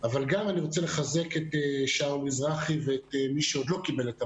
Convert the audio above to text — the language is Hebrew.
אבל גם אני רוצה לחזק את שאול מזרחי ואת מי שעוד לא קיבל את המענה,